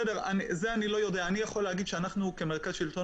לנו יש ארבעה